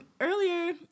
earlier